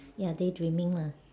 ya daydreaming lah